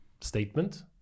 statement